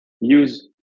use